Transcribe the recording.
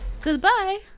goodbye